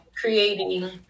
creating